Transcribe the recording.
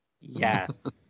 Yes